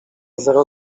zero